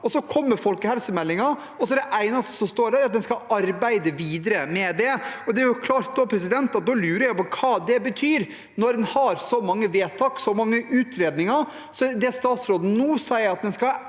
Så kommer folkehelsemeldingen, og det eneste som står der, er at en skal arbeide videre med det. Det er klart at da lurer jeg på hva det betyr, når en har så mange vedtak og så mange utredninger. Det statsråden nå sier, er at en skal